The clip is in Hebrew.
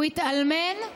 הוא התאלמן,